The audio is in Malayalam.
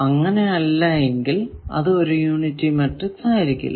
അങ്ങനെ അല്ല എങ്കിൽ അത് ഒരു യൂണിറ്ററി മാട്രിക്സ് ആയിരിക്കില്ല